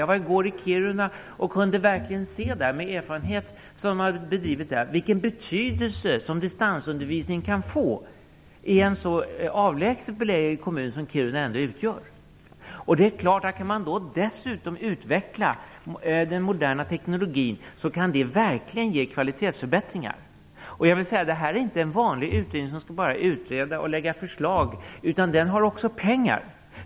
Jag var i går i Kiruna och kunde där verkligen utifrån deras erfarenhet se vilken betydelse distansundervisningen kan få i en så avlägset belägen kommun som Kiruna ändå utgör. Kan man dessutom utveckla den moderna teknologin, kan det verkligen ge kvalitetsförbättringar. Jag vill säga att detta inte är en vanlig utredning som bara skall utreda och lägga fram förslag, den har också pengar.